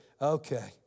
okay